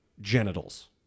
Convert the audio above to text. genitals